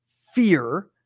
fear